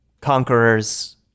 conquerors